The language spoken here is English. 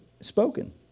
spoken